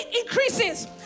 increases